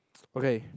okay